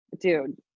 Dude